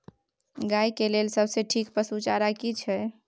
गाय के लेल सबसे ठीक पसु चारा की छै?